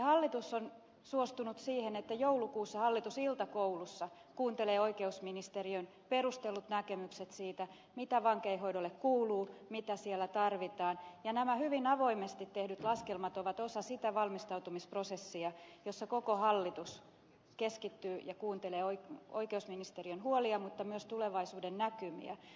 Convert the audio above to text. hallitus on suostunut siihen että joulukuussa hallitus iltakoulussa kuuntelee oikeusministeriön perustellut näkemykset siitä mitä vankeinhoidolle kuuluu mitä siellä tarvitaan ja nämä hyvin avoimesti tehdyt laskelmat ovat osa sitä valmistautumisprosessia jossa koko hallitus keskittyy ja kuuntelee oikeusministeriön huolia mutta myös tulevaisuuden näkymiä